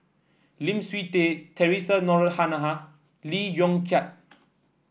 Lim Swee Say Theresa Noronha Lee Yong Kiat